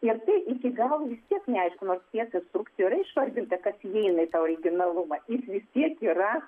ir tai iki galo vis tiek neaišku nors tiek visų yra išvardinta kas įeina į tą originalumą jis vis tiek yra